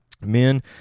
Men